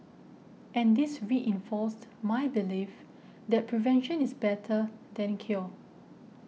and this reinforced my belief that prevention is better than cure